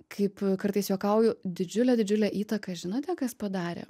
kaip kartais juokauju didžiulę didžiulę įtaką žinote kas padarė